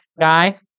guy